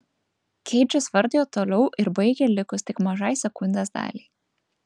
keidžas vardijo toliau ir baigė likus tik mažai sekundės daliai